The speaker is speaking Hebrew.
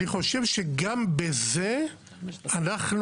אני חושב שגם בזה אנחנו,